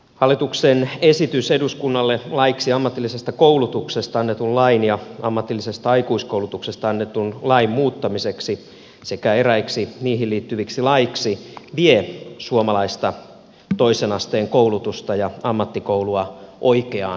hallituksen esitys eduskunnalle laiksi ammatillisesta koulutuksesta annetun lain ja ammatillisesta aikuiskoulutuksesta annetun lain muuttamiseksi sekä eräiksi niihin liittyviksi laeiksi vie suomalaista toisen asteen koulutusta ja ammattikoulua oikeaan suuntaan